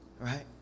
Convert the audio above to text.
Right